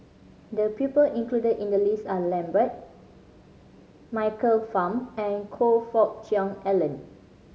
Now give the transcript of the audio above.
the people included in the list are Lambert Michael Fam and Choe Fook Cheong Alan